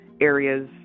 areas